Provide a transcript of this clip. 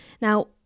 Now